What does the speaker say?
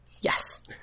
Yes